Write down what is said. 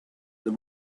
the